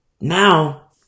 Now